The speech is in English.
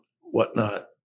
whatnot